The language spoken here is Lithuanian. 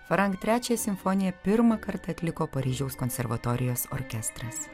farank trečiąją simfoniją pirmą kartą atliko paryžiaus konservatorijos orkestras